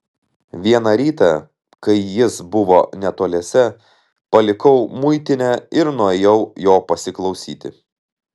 vieną rytą kai jis buvo netoliese palikau muitinę ir nuėjau jo pasiklausyti